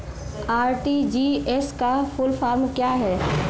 RTGS का full form क्या है?